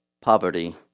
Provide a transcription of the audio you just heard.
poverty